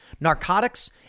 narcotics